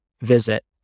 visit